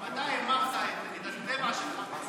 אבל אתה המרת את הטבע שלך, יש